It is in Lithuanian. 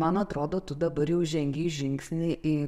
man atrodo tu dabar jau žengei žingsnį į